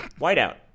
Whiteout